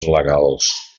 legals